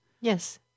Yes